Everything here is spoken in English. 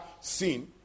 seen